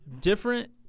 different